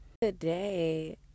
Today